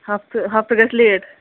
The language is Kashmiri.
ہَفتہٕ ہَفتہٕ گَژھِ لیٹ